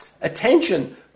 attention